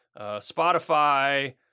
Spotify